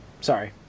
Sorry